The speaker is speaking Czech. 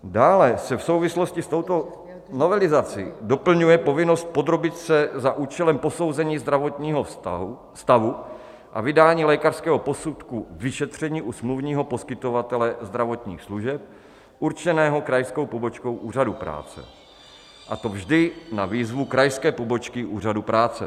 Dále se v souvislosti s touto novelizací doplňuje povinnost podrobit se za účelem posouzení zdravotního stavu a vydání lékařského posudku vyšetření u smluvního poskytovatele zdravotních služeb určeného krajskou pobočkou Úřadu práce, a to vždy na výzvu krajské pobočky Úřadu práce.